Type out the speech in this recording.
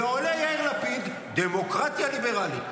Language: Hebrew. ועולה יאיר לפיד, "דמוקרטיה ליברלית".